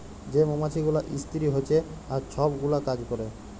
যে মমাছি গুলা ইস্তিরি হছে আর ছব গুলা কাজ ক্যরে